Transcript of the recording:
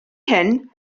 hyn